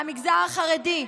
מהמגזר החרדי,